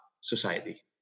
society